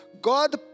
God